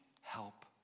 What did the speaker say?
help